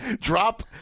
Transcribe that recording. drop